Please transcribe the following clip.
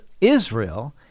Israel